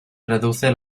reduce